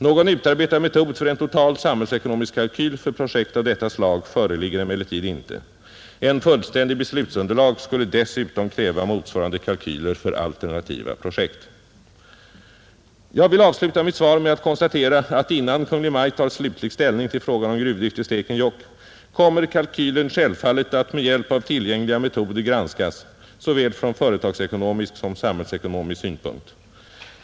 Någon utarbetad metod för en total samhällsekonomisk kalkyl för projekt av detta slag föreligger emellertid inte. Ett fullständigt beslutsunderlag skulle dessutom kräva motsvarande kalkyler för alternativa projekt. Jag vill avsluta mitt svar med att konstatera att innan Kungl. Maj:t tar slutlig ställning till frågan om gruvdrift i Stekenjokk kommer kalkylen självfallet att med hjälp av tillgängliga metoder granskas från såväl företagsekonomisk som samhällsekonomisk synpunkt.